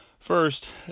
First